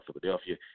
Philadelphia